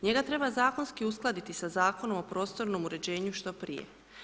Njega treba zakonski uskladiti sa Zakonom o prostornom uređenju što prije.